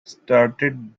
started